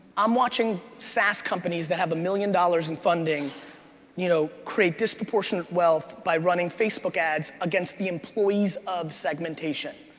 i'm watching saas companies that have a million dollars in funding you know create disproportionate wealth by running facebook ads against the employees of segmentation.